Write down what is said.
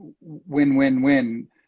win-win-win